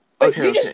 okay